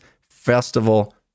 Festival